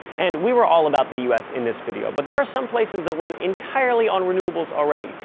and we were all about the us in this video but there are some places that run entirely on renewables already!